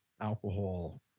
alcohol